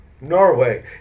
Norway